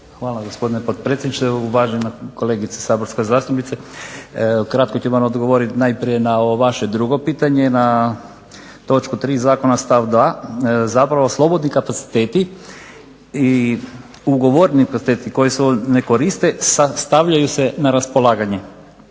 Hvala gospodine potpredsjedniče. Uvažena kolegice saborska zastupnice kratko ću vam odgovoriti najprije na ovo vaše drugo pitanje na točku 3. zakona stav 2. Zapravo slobodni kapaciteti i ugovoreni … koji se ne koriste stavljaju se na raspolaganje.